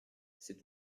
c’est